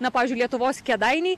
na pavyzdžiui lietuvos kėdainiai